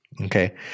Okay